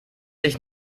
dich